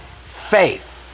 faith